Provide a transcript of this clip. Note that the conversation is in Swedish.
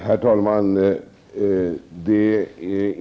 Herr talman!